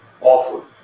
awful